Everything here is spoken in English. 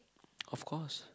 of course